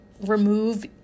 remove